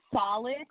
solid